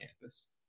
campus